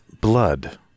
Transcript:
Blood